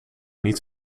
niet